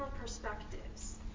perspectives